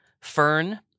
Fern